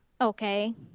Okay